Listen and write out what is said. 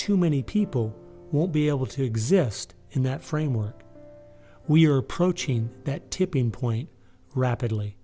too many people won't be able to exist in that framework we are approaching that tipping point rapidly